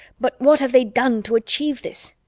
but what have they done to achieve this?